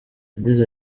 yagize